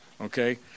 okay